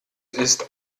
ist